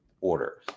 order